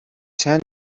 сайн